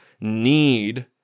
need